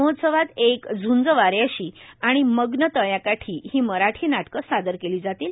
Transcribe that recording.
महोत्सवात एक झूंज वाऱ्याशी आणि मग्न तळ्याकाठी हि मराठी नाटके सादर केली जातील